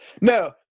no